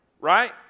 right